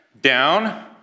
Down